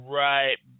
right